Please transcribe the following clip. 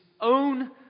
own